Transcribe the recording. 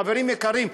חברים יקרים,